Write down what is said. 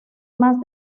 más